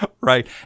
Right